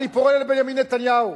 אני פונה לבנימין נתניהו: